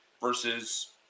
versus